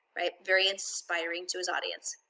right, very inspiring to his audience.